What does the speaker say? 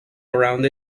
around